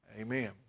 Amen